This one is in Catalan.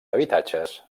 habitatges